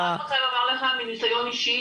אני רק רוצה לומר לך מניסיון אישי,